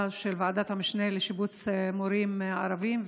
ועדת המשנה לשיבוץ מורים ערבים,